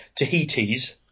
Tahitis